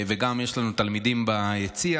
וגם יש לנו תלמידים ביציע.